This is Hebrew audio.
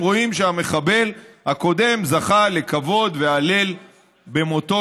הם רואים שהמחבל הקודם זכה ולכבוד והלל במותו,